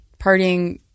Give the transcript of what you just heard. partying